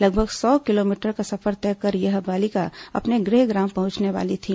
लगभग सौ किलोमीटर का सफर तय कर यह बालिका अपने गृहग्राम पहुंचने वाले थी